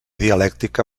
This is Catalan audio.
dialèctica